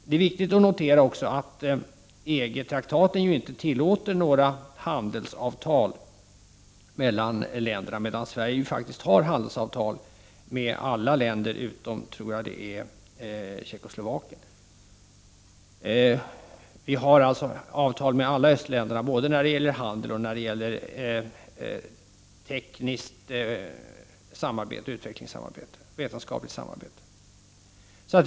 Det är också viktigt att poängtera att EG-traktaten inte tillåter några handelsavtal mellan länderna, medan Sverige har handelsavtal med alla östländer, utom Tjeckoslovakien, både när det gäller handel och när det gäller tekniskt och vetenskapligt samarbete samt utvecklingssamarbete.